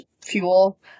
fuel